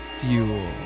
fuel